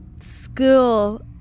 school